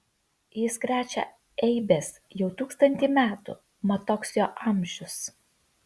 jis krečia eibes jau tūkstantį metų mat toks jo amžius